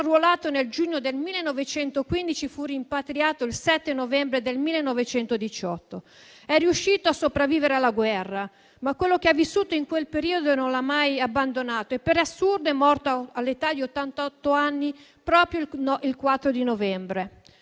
arruolato nel giugno 1915, fu rimpatriato il 7 novembre 1918. È riuscito a sopravvivere alla guerra, ma quello che ha vissuto in quel periodo non l'ha mai abbandonato e per assurdo è morto, all'età di ottantotto anni, proprio il 4 novembre.